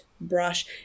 brush